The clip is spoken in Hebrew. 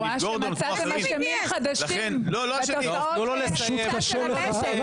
אני רוצה שמצאתם אשמים חדשים, את הקבוצה של הנשק.